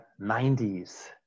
90s